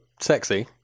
sexy